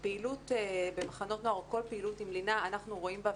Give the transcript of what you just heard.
פעילות במחנות נוער או כל פעילות עם לינה אנחנו רואים בה,